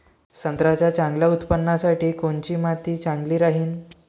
संत्र्याच्या चांगल्या उत्पन्नासाठी कोनची माती चांगली राहिनं?